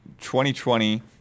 2020